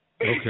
Okay